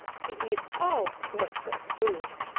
he eats all sorts of food,